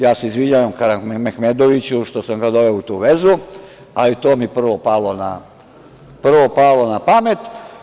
Ja se izvinjavam Karamehmedoviću što sam ga doveo u tu vezu, ali to mi je prvo palo na pamet.